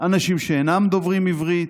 ואנשים שאינם דוברים עברית.